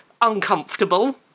uncomfortable